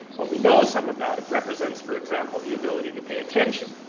well we know some of that. it represents, for example, the ability to pay attention.